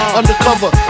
undercover